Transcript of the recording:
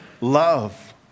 love